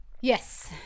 Yes